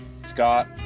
Scott